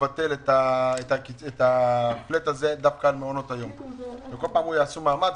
לבטל את ה-flat דווקא על מעונות היום וכל פעם יעשו מאמץ,